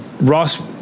Ross